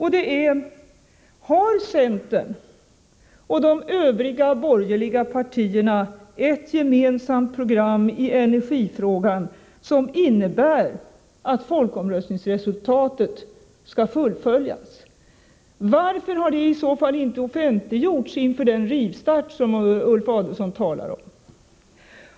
Har centern och de övriga borgerliga partierna ett gemensamt program i energifrågan som innebär att folkomröstningsresultatet skall fullföljas? Varför har det i så fall inte offentliggjorts inför den rivstart som Ulf Adelsohn talar om?